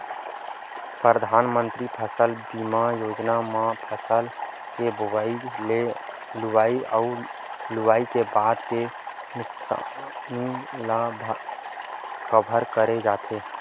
परधानमंतरी फसल बीमा योजना म फसल के बोवई ले लुवई अउ लुवई के बाद के नुकसानी ल कभर करे जाथे